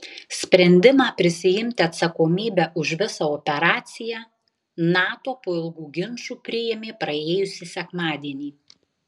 sprendimą prisiimti atsakomybę už visą operaciją nato po ilgų ginčų priėmė praėjusį sekmadienį